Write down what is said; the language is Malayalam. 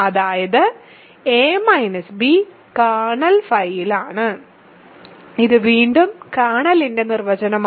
അതായത് a b കേർണൽ ഫൈയിലാണ് ഇത് വീണ്ടും കേർണലിന്റെ നിർവചനമാണ്